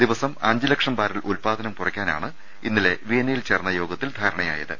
ദിവസം അഞ്ചു ലക്ഷം ബാരൽ ഉത്പാദനം കുറയ്ക്കാനാണ് ഇന്നലെ വിയന്നയിൽ ചേർന്ന യോഗത്തിൽ ധാരണയായത്